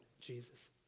Jesus